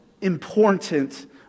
important